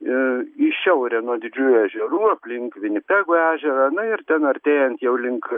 ee į šiaurę nuo didžiųjų ežerų aplink vinipego ežerą na ir ten artėjant jau link